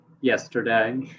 yesterday